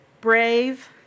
Brave